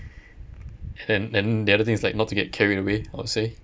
and then the other thing is like not to get carried away I'll say